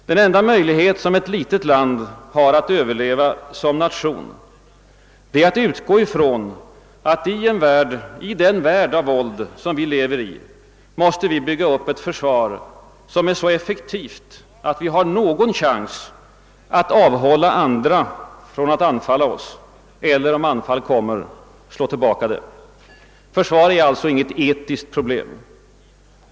Den enda möjlighet ett litet land har att överleva som nation är att utgå från att vi i denna värld av våld måste bygga upp ett försvar, som är så effektivt att vi har någon chans att avhålla andra från att anfalla oss eller, om anfall kommer, att slå tillbaka det. Försvar är alltså inte något etiskt problem.